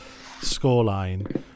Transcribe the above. scoreline